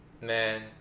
Man